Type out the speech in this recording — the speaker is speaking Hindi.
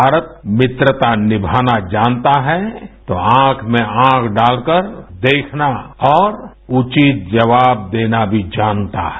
भारत मित्रता निमाना जानता है तो औँख में औँख डालकर देखना और उपित जवाब देना भी जानता है